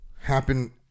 happen